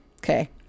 Okay